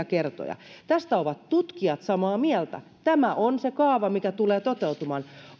kertoja tästä ovat tutkijat samaa mieltä tämä on se kaava mikä tulee toteutumaan